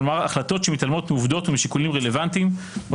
כלומר החלטות שמתעלמות מעובדות ומשיקולים רלוונטיים או